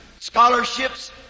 scholarships